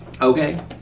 Okay